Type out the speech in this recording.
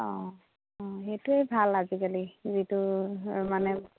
অঁ অঁ সেইটোৱেই ভাল আজিকালি যিটো মানে